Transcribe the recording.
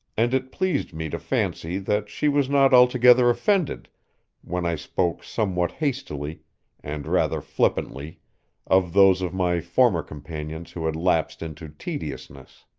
and it pleased me to fancy that she was not altogether offended when i spoke somewhat hastily and rather flippantly of those of my former companions who had lapsed into tediousness.